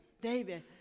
David